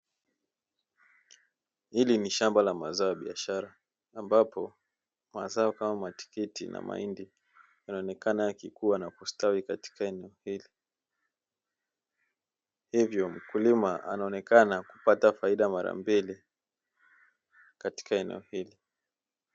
Hili ni shamba la mazao ya biashara ambapo mazao kama matikiti na mahindi yanaonekana yakikuwa na kustawi katika eneo hili, hivyo mkulima anaonekana kupata faida mara mbili katika eneo hili.